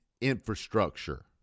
infrastructure